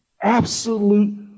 Absolute